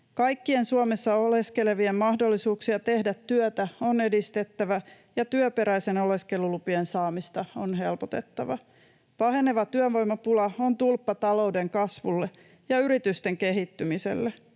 Kaikkien Suomessa oleskelevien mahdollisuuksia tehdä työtä on edistettävä, ja työperäisten oleskelulupien saamista on helpotettava. Paheneva työvoimapula on tulppa talouden kasvulle ja yritysten kehittymiselle.